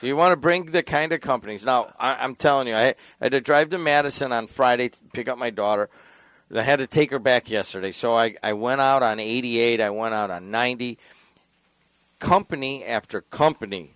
you want to bring the kind of companies now i'm telling you i had to drive to madison on friday to pick up my daughter and i had to take her back yesterday so i went out on eighty eight i want out on ninety company after company